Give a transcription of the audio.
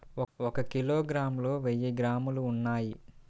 ఒక కిలోగ్రామ్ లో వెయ్యి గ్రాములు ఉన్నాయి